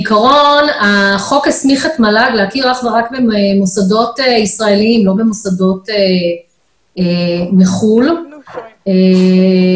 להכיר אך ורק במוסדות ישראלים ולא במוסדות מחוץ לארץ.